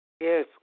Yes